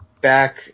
back